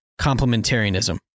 complementarianism